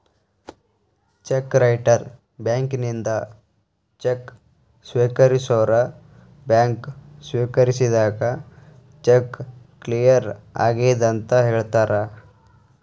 check writer ಬ್ಯಾಂಕಿನಿಂದ cheque ಸ್ವೇಕರಿಸೋರ್ bank ಸ್ವೇಕರಿಸಿದಾಗ ಚೆಕ್ ಕ್ಲಿಯರ್ ಆಗೆದಂತ ಹೇಳ್ತಾರ